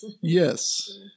Yes